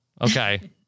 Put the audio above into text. Okay